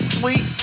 sweet